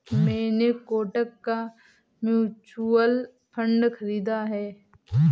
मैंने कोटक का mutual fund खरीदा है